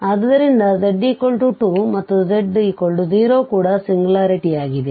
ಆದ್ದರಿಂದ z 2 ಮತ್ತು z 0 ಕೂಡ ಸಿಂಗ್ಯುಲಾರಿಟಿಯಾಗಿದೆ